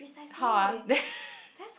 how ah then